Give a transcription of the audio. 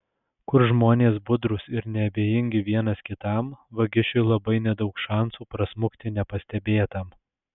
kur žmonės budrūs ir neabejingi vienas kitam vagišiui labai nedaug šansų prasmukti nepastebėtam